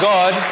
God